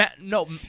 No